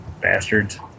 Bastards